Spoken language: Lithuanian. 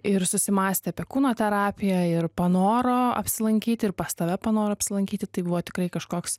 ir susimąstė apie kūno terapiją ir panoro apsilankyti ir pas tave panoro apsilankyti tai buvo tikrai kažkoks